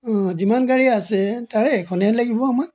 অঁ যিমান গাড়ী আছে তাৰে এখনহে লাগিব আমাক